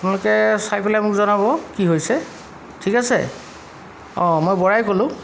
আপোনালোকে চাই পেলাই মোক জনাব কি হৈছে ঠিক আছে অঁ মই বৰাই ক'লোঁ